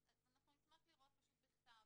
אז אנחנו נשמח לראות פשוט בכתב,